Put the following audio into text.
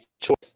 choice